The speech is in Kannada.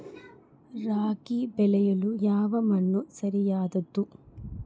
ರಾಗಿ ಬೆಳೆಯಲು ಯಾವ ಮಣ್ಣು ಸರಿಯಾದದ್ದು?